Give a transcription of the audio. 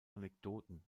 anekdoten